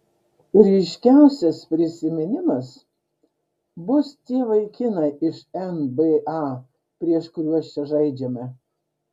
ryškiausias prisiminimas bus tie vaikinai iš nba prieš kuriuos čia žaidžiame